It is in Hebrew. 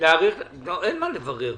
אין מה לברר.